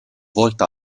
volta